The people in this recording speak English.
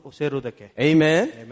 Amen